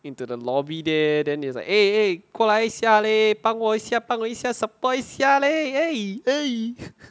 into the lobby there then it's like eh eh 过来一下 leh 帮我一下帮我一下 support 一下 leh eh eh